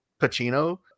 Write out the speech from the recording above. Pacino